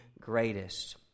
greatest